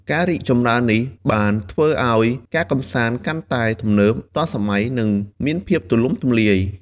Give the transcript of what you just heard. ការរីកចម្រើននេះបានធ្វើឱ្យការកម្សាន្តកាន់តែទំនើប ទាន់សម័យ និងមានភាពទូលំទូលាយ។